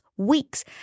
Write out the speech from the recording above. weeks